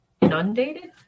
inundated